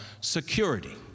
security